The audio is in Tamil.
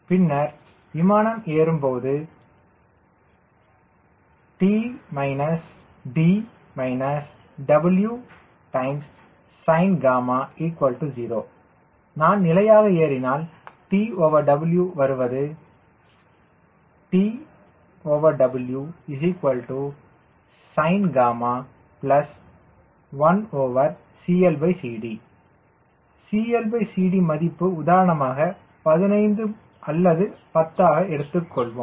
பின்னர் விமானம் ஏறும் போது T - D - Wsinγ 0 நான் நிலையாக ஏறினால் TW வருவது TWsinγ1CLCD CLCD மதிப்பு உதாரணமாக 15 அல்லது 10 ஆக எடுத்துக்கொள்வோம்